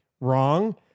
wrong